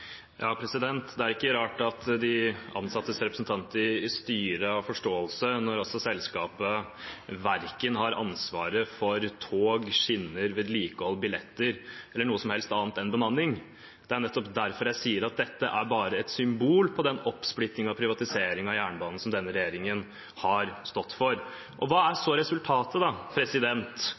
Det er ikke rart at ansattes representanter i styret har forståelse når selskapet verken har ansvaret for tog, skinner, vedlikehold, billetter eller noe som helst annet enn bemanning. Det er nettopp derfor jeg sier at dette bare er et symbol på den oppsplitting og privatisering av jernbanen som denne regjeringen har stått for. Hva er så resultatet